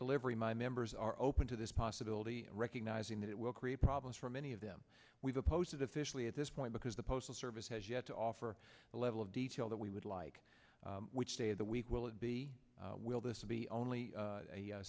delivery my members are open to this possibility recognizing that it will create problems for many of them with a posted officially at this point because the postal service has yet to offer the level of detail that we would like which day of the week will it be will this be only a